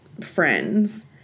friends